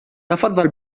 تفضل